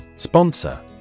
Sponsor